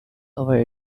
over